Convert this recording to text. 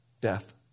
death